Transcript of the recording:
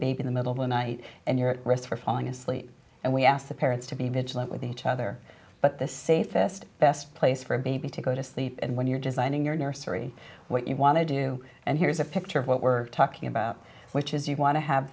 me in the middle of the night and you're at risk for falling asleep and we ask the parents to be vigilant with each other but this safest best place for a baby to go to sleep and when you're designing your nursery what you want to do and here's a picture of what we're talking about which is you want to have